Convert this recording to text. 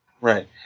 Right